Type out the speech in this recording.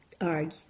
argue